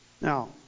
Now